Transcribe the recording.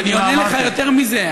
אז אני אענה לך יותר מזה.